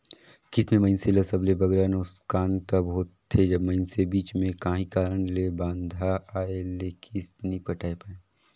किस्त में मइनसे ल सबले बगरा नोसकान तब होथे जब मइनसे बीच में काहीं कारन ले बांधा आए ले किस्त नी पटाए पाए